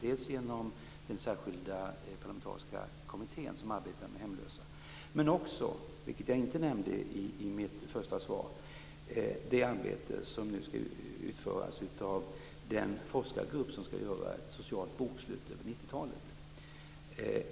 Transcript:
De utförs genom den särskilda parlamentariska kommitté som arbetar med hemlösa men också, vilket jag inte nämnde i mitt första inlägg, genom det arbete som skall utföras av den forskargrupp som skall göra ett socialt bokslut över 90-talet.